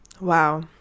Wow